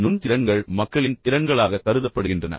நுண் திறன்கள் மக்களின் திறன்களாகக் கருதப்படுகின்றன